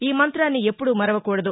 ఈ మంత్రాన్ని ఎప్పుడూ మరవకూడదు